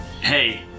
Hey